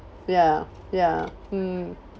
ya ya mm